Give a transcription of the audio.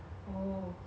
ya and it's like